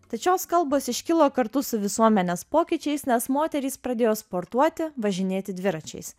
tad šios kalbos iškilo kartu su visuomenės pokyčiais nes moterys pradėjo sportuoti važinėti dviračiais